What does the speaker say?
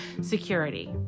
security